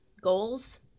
goals